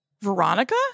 Veronica